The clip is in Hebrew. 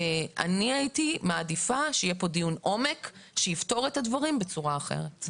אני הייתי מעדיפה שיהיה פה דיון עומק שיפתור את הדברים בצורה אחרת.